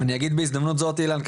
אני אגיד בהזדמנות זו אילן,